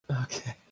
Okay